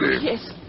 Yes